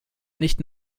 nicht